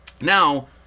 Now